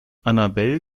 annabel